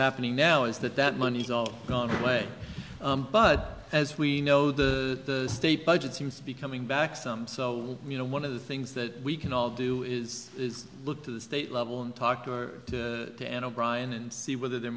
happening now is that that money is all gone away but as we know the state budget seems to be coming back some so you know one of the things that we can all do is look to the state level and talk to you and o'brian and see whether there